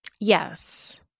Yes